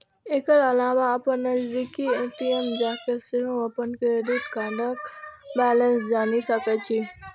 एकर अलावा अपन नजदीकी ए.टी.एम जाके सेहो अपन क्रेडिट कार्डक बैलेंस जानि सकै छी